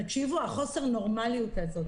תקשיבו, החוסר נורמליות הזאת.